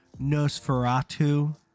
Nosferatu